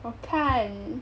我看